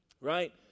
Right